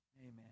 Amen